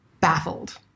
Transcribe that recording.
baffled